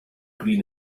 green